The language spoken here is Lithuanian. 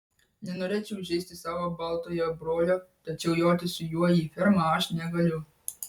nenorėčiau įžeisti savo baltojo brolio tačiau joti su juo į fermą aš negaliu